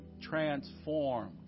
transformed